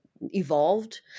evolved